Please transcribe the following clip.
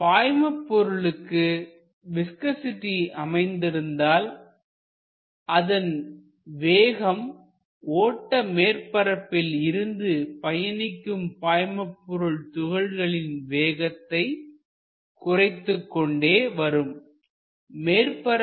பாய்மபொருளுக்கு viscosity அமைந்திருந்தால் அதன் வேகம் ஓட்ட மேற்பரப்பில் இருந்து பயணிக்கும் பாய்மபொருள் துகள்களின் வேகத்தை குறைத்துக் கொண்டே வரும்